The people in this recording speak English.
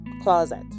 closet